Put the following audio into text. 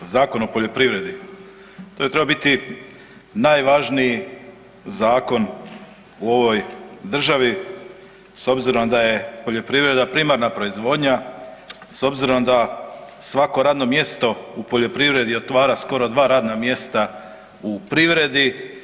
Zakon o poljoprivredi to je trebao biti najvažniji zakon u ovoj državi s obzirom da je poljoprivreda primarna proizvodnja, s obzirom da svako radno mjesto u poljoprivredi otvara skoro dva radna mjesta u privredi.